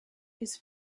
his